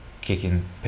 kicking